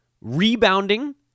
rebounding